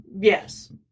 Yes